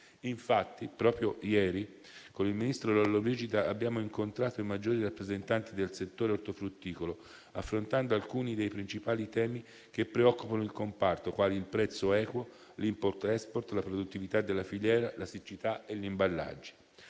Infatti, proprio ieri, con il ministro Lollobrigida abbiamo incontrato i maggiori rappresentanti del settore ortofrutticolo, affrontando alcuni dei principali temi che preoccupano il comparto, quali il prezzo equo, l'*import-export*, la produttività della filiera, la siccità e gli imballaggi.